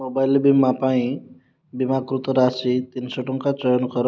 mobile ବୀମା ପାଇଁ ବୀମାକୃତ ରାଶି ତିନି ଶହ ଟଙ୍କା ଚୟନ କର